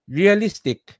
realistic